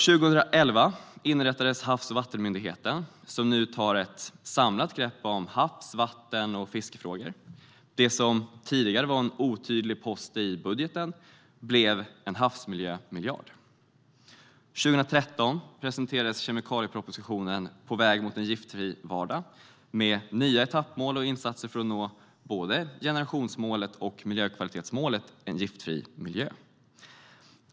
År 2011 inrättades Havs och vattenmyndigheten, som nu tar ett samlat grepp om havs, vatten och fiskefrågor. Det som tidigare var en otydlig post i budgeten blev en havsmiljömiljard. År 2013 presenterades kemikaliepropositionen På väg mot en giftfri vardag med nya etappmål och insatser för att nå både generationsmålet och miljökvalitetsmålet Giftfri miljö.